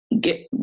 get